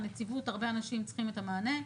הנציבות הרבה אנשים צריכים את המענה.